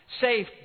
safe